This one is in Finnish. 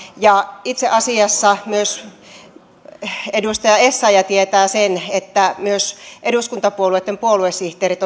ja itse asiassa edustaja essayah tietää senkin että eduskuntapuolueitten puoluesihteerit